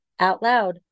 OUTLOUD